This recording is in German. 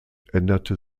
änderte